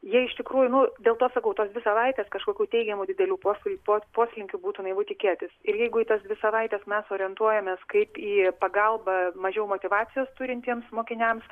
jie iš tikrųjų nu dėl to sakau tos dvi savaitės kažkokių teigiamų didelių po poslinkių būtų naivu tikėtis ir jeigu į tas dvi savaites mes orientuojamės kaip į pagalbą mažiau motyvacijos turintiems mokiniams